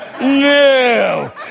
No